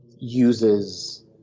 uses